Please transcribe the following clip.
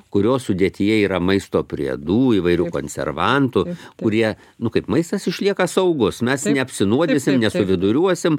kurio sudėtyje yra maisto priedų įvairių konservantų kurie nu kaip maistas išlieka saugus mes neapsinuodysim nesuviduriuosim